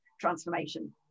transformation